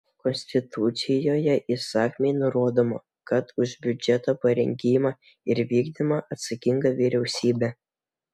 konstitucijoje įsakmiai nurodoma kad už biudžeto parengimą ir vykdymą atsakinga vyriausybė